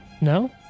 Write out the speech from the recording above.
No